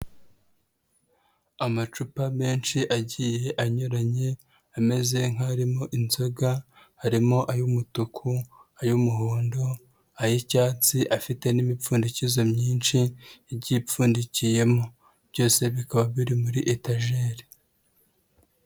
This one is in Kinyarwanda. Amacupa menshi agiye anyuranye, ameze nk'arimo inzoga, harimo ay'umutuku, ay'umuhondo, ay'icyatsi afite n'imipfundikize myinshi, igiye ipfundikiyemo. Byose bikaba biri muri etejeri.